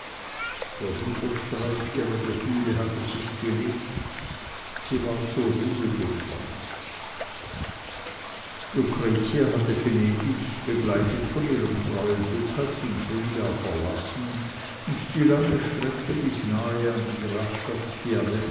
der widerstreit ihrer gefühle hatte sich gelegt sie war zur ruhe gekommen lucretia hatte venedig begleitet von ihrem treuen lucas im frühjahr verlassen und die lange strecke bis nahe an die